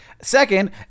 Second